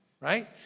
right